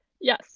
Yes